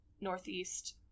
northeast